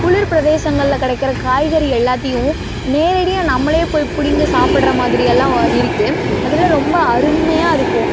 குளிர் பிரதேசங்களில் கிடைக்கிற காய்கறி எல்லாத்தையும் நேரடியா நம்மளே போய் பிடிங்கி சாப்பிட்ற மாதிரியெல்லாம் இருக்குது அதெலாம் ரொம்ப அருமையாக இருக்கும்